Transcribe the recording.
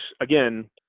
again